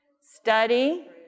Study